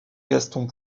gaston